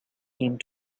came